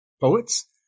poets